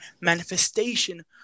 manifestation